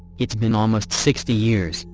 it's been almost sixty years,